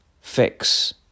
fix